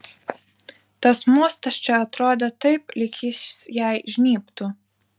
tas mostas čia atrodė taip lyg jis jai žnybtų